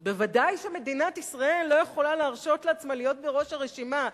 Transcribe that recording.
לא יכולה להרשות לעצמה להיות בראש הרשימה.